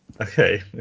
Okay